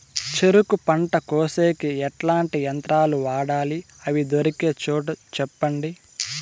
చెరుకు పంట కోసేకి ఎట్లాంటి యంత్రాలు వాడాలి? అవి దొరికే చోటు చెప్పండి?